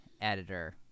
editor